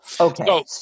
Okay